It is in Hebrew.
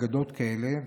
יש אגדות כאלה,